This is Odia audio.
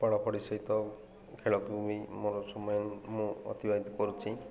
ପଢ଼ା ପଢ଼ି ସହିତ ଖେଳକୁ ବି ମୋର ସମୟ ମୁଁ ଅତିବାହିତ କରୁଛିି